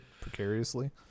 precariously